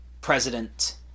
president